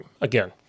again